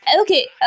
Okay